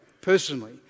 personally